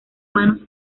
manos